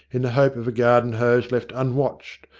in the hope of garden-hose left unwatched,